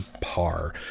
par